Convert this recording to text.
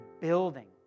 building